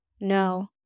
No